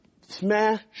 smash